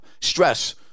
Stress